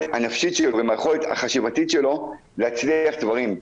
הנפשית שלו ומהיכולת החשיבתית שלו להצליח בדברים.